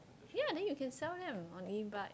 ya then you can sell them on E but